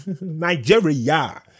Nigeria